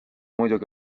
muidugi